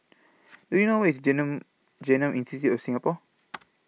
Do YOU know Where IS Genome Institute of Singapore